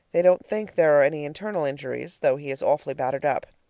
they don't think there are any internal injuries, though he is awfully battered up.